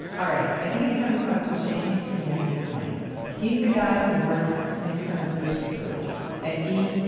alright. i think it's time we caught up with chayne to see how he's doing he's the guy who worked at the san quentin sewage facility and e,